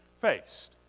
faced